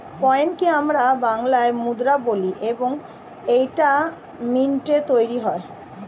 কয়েনকে আমরা বাংলাতে মুদ্রা বলি এবং এইটা মিন্টে তৈরী হয়